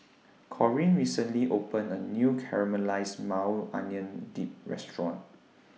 Corinne recently opened A New Caramelized Maui Onion Dip Restaurant